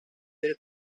beri